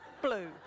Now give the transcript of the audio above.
blue